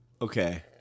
Okay